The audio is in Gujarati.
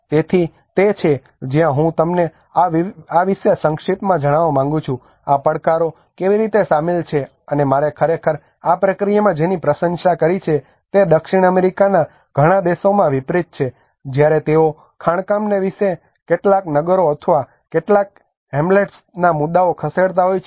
તેથી તે છે જ્યાં હું તમને આ વિશે સંક્ષિપ્તમાં જણાવવા માંગું છું કે આ પડકારો કેવી રીતે સામેલ છે અને મારે ખરેખર આ પ્રક્રિયામાં જેની પ્રશંસા કરી છે તે દક્ષિણ અમેરિકાના ઘણા દેશોમાં વિપરીત છે જ્યારે તેઓ ખાણકામને લીધે કેટલાક નગરો અથવા કેટલાક હેમ્લેટ્સના મુદ્દાઓને ખસેડતા હોય છે